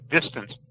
distance